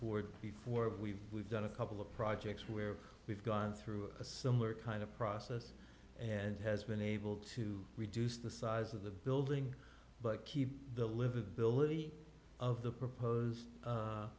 board before we've we've done a couple of projects where we've gone through a similar kind of process and has been able to reduce the size of the building but keep the livability of the proposed